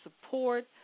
support